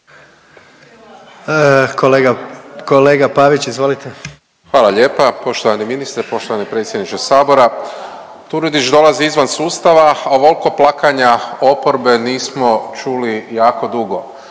**Pavić, Marko (HDZ)** Hvala lijepa, poštovani ministre, poštovani predsjedniče sabora. Turudić dolazi izvan sustava, a ovolko plakanja oporbe nismo čuli jako dugo,